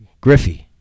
Griffey